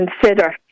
consider